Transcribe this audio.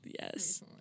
yes